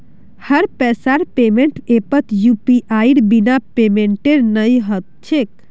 हर पैसार पेमेंटक ऐपत यूपीआईर बिना पेमेंटेर नइ ह छेक